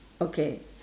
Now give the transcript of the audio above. okay